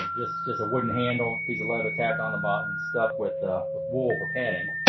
just just a wooden handle, piece of leather tack on the bottom, stuffed with ah wool for padding.